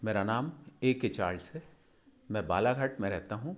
मेरा नाम A K Charles है मैं बालाघाट में रहता हूं